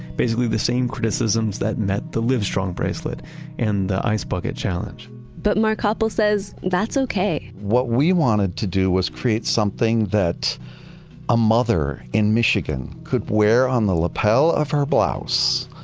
basically, the same criticisms that met the live strong bracelet and the ice bucket challenge but, marc happel says that's okay what we wanted to do was create something that a mother in michigan could wear on the lapel of her blouse,